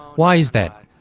why is that?